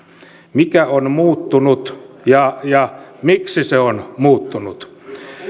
mikä on muuttunut ja ja miksi se on muuttunut